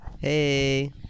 Hey